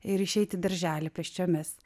ir išeiti į darželį pėsčiomis